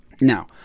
now